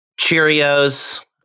Cheerios